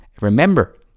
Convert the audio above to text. Remember